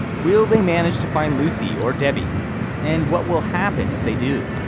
will they manage to find lucy or debbie and what will happen if they do.